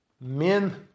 Men